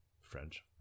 french